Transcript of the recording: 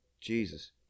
Jesus